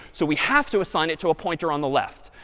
so we have to assign it to a pointer on the left.